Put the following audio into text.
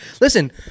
Listen